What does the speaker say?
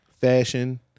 fashion